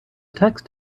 text